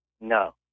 No